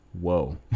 Whoa